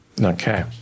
Okay